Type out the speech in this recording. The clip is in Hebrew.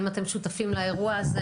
האם אתם שותפים לאירוע הזה?